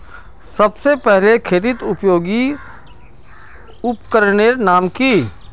सबसे पहले खेतीत उपयोगी उपकरनेर नाम की?